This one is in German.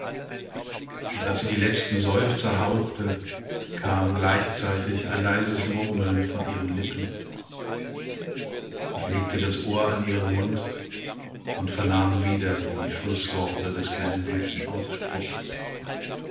und als sie die letzten seufzer hauchte kam gleichzeitig ein leises murmeln von ihren lippen ich legte das ohr an ihren mund und vernahm wieder die schlußworte des glanvillschen ausspruchs